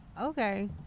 Okay